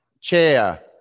Chair